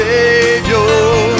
Savior